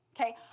Okay